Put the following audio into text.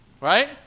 right